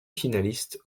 finaliste